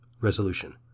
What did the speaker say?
Resolution